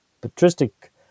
patristic